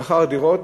לאחר הדירות,